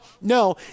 No